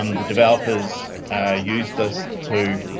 um the developers used this too.